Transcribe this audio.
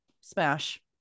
Smash